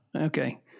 Okay